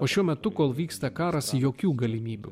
o šiuo metu kol vyksta karas jokių galimybių